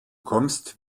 kommst